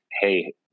Hey